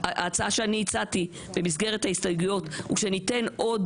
וההצעה שהצעתי במסגרת ההסתייגויות היא שניתן עוד